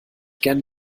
gerne